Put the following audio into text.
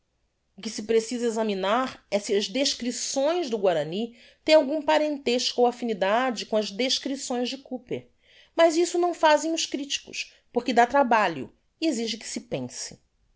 que se precisa examinar é si as descripções do guarany têm algum parentesco ou affinidade com as descripções de cooper mas isso não fazem os criticos porque dá trabalho e exige que se pense